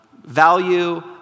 Value